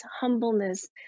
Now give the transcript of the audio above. humbleness